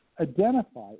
identify